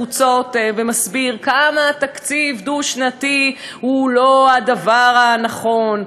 בחוצות כמה תקציב דו-שנתי הוא לא הדבר הנכון,